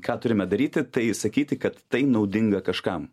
ką turime daryti tai sakyti kad tai naudinga kažkam